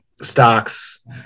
stocks